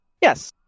Yes